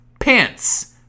Pants